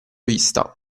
vista